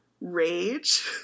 rage